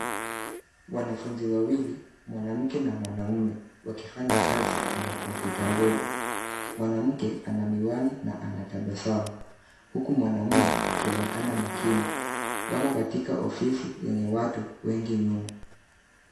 Wanafunzi wawili, mwanamke na mwanaume wakifanya kazi kwenye kompyuta ndogo. Mwanamke ana miwani na anatabasamu huku mwanaaume akionekana makini. Wako katika ofisi yenye watu wengi nyuma.